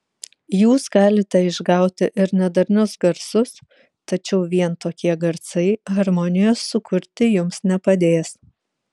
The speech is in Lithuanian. jūs galite išgauti ir nedarnius garsus tačiau vien tokie garsai harmonijos sukurti jums nepadės